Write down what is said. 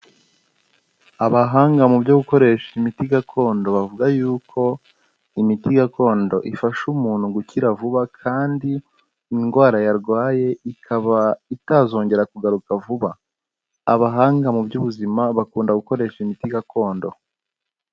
Abahanga mu byo gukoresha imiti gakondo bavuga yuko imiti gakondo ifasha umuntu gukira vuba kandi indwara yarwaye ikaba itazongera kugaruka vuba, abahanga mu by'ubuzima bakunda gukoresha imiti gakondo.